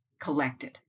collected